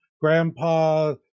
grandpa